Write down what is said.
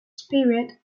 spirit